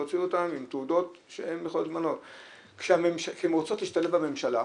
והוציאו אותם עם תעודות שהן --- כשהן רוצות להשתלב בממשלה,